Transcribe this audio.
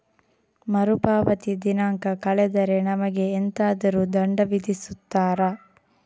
ಮರುಪಾವತಿ ದಿನಾಂಕ ಕಳೆದರೆ ನಮಗೆ ಎಂತಾದರು ದಂಡ ವಿಧಿಸುತ್ತಾರ?